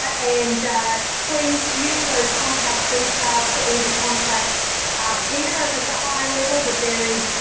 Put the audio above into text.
and please use those contact details to either contact peta, if it's a higher level, but there is,